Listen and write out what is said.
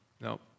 no